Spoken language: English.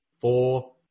four